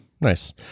nice